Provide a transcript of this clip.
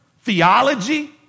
theology